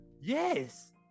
Yes